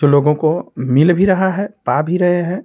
जो लोगों को मिल भी रहा है पा भी रहे हैं